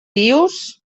vius